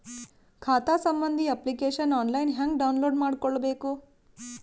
ಖಾತಾ ಸಂಬಂಧಿ application online ಹೆಂಗ್ ಡೌನ್ಲೋಡ್ ಮಾಡಿಕೊಳ್ಳಬೇಕು?